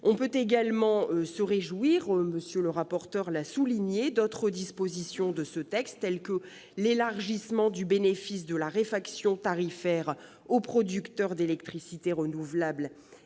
On peut également se réjouir, M. le rapporteur l'a souligné, d'autres dispositions de ce texte, tel que l'élargissement du bénéfice de la réfaction tarifaire aux producteurs d'électricité renouvelable